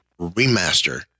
remaster